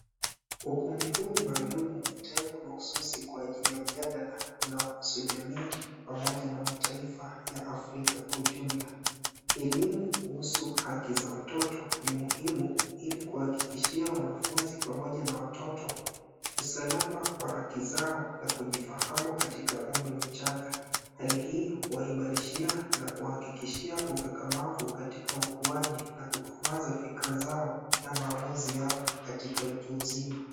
Ukumbi huu maalum umetengwa mahususi kwa ajili ya mjadala, unaohusu jamii pamoja na mataifa ya Afrika kwa ujumla. Elimu kuhusu haki za watoto ni muhimu ili kuhakikishia wanafunzi pamoja na watoto, usalama wa haki zao na kujifahamu katika umri mchanga. Hali hii huwaimarishia na kuhakikisha ukakamavu katika ukuaji, na kukomaza fikra zao na maamuzi yao katika utu uzima.